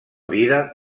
vida